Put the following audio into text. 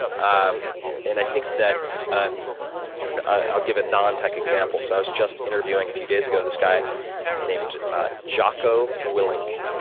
i and i think that ah i'll give a non-tech example. so i was just interviewing a few days ago this guy named jaco willink.